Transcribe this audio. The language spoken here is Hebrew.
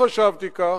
לא חשבתי כך,